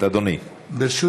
14 והוראת